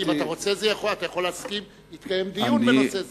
אם אתה רוצה אתה יכול להסכים שיתקיים דיון בנושא זה.